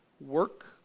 work